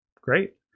Great